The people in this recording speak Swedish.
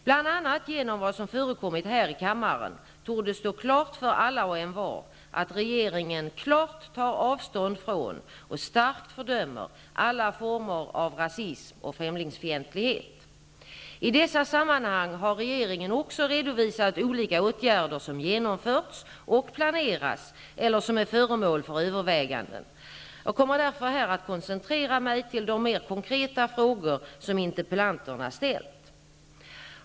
Bl.a. genom vad som förekommit här i kammaren torde det stå klart för alla och envar att regeringen klart tar avstånd från och starkt fördömer alla former av rasism och främlingsfientlighet. I dessa sammanhang har regeringen också redovisat olika åtgärder som genomförts och planeras eller som är föremål för överväganden. Jag kommer därför här att koncentrera mig till de mer konkreta frågor som intepellanterna ställt.